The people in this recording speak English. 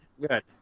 Good